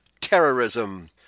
terrorism